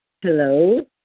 hello